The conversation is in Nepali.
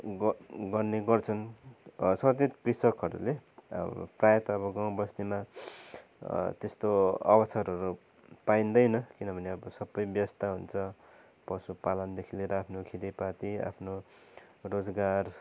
ग गर्ने गर्छन् सचेत कृषकहरूले अब प्रायः त अब गाउँबस्तीमा त्यस्तो अवसरहरू पाइँदैन किनभने अब सबै व्यस्त हुन्छ पशुपालनदेखि लिएर आफ्नो खेतीपाती आफ्नो रोजगार